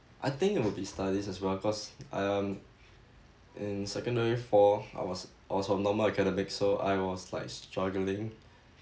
I think it would be studies as well cause I um in secondary four I was I was from normal academic so I was like struggling